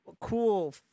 cool